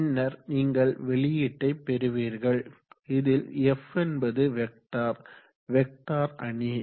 பின்னர் நீங்கள் வெளியீட்டைப்பேறுவீர்கள் இதில் f என்பது வெக்டர் வெக்டர் அணி